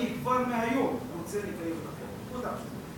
אני, כבר מהיום, רוצה לקיים את החוק, נקודה.